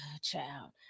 Child